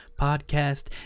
podcast